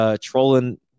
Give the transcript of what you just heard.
trolling